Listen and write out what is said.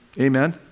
Amen